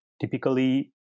typically